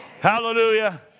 Hallelujah